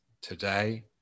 today